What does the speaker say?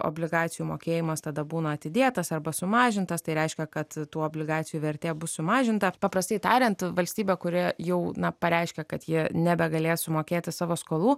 obligacijų mokėjimas tada būna atidėtas arba sumažintas tai reiškia kad tų obligacijų vertė bus sumažinta paprastai tariant valstybė kuri jau na pareiškė kad ji nebegalės sumokėti savo skolų